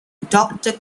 doctor